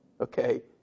Okay